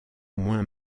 moins